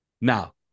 Now